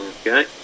Okay